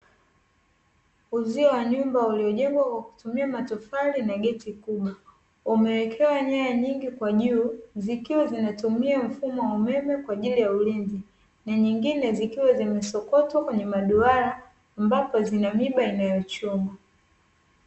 Uzio wa nyumba uliojengwa kwa kutumia matofali na geti kubwa, umewekewa nyaya nyingi kwa juu, zikiwa zinatumia mfumo wa umeme kwa ajili ya ulinzi na nyingine zikiwa zimesokotwa kwenye maduara, ambapo zina miiba inayochoma.